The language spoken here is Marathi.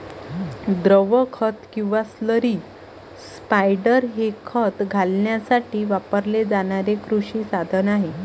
द्रव खत किंवा स्लरी स्पायडर हे खत घालण्यासाठी वापरले जाणारे कृषी साधन आहे